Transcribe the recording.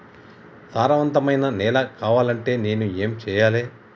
సారవంతమైన నేల కావాలంటే నేను ఏం చెయ్యాలే?